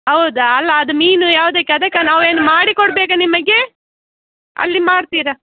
ಹೌದಾ ಅಲ್ಲ ಅದು ಮೀನು ಯಾವುದಕ್ಕೆ ಅದಕ್ಕೆ ನಾವು ಏನು ಮಾಡಿ ಕೊಡಬೇಕ ನಿಮಗೆ ಅಲ್ಲಿ ಮಾಡ್ತೀರಾ